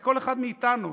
של כל אחד מאתנו.